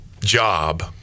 job